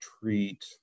treat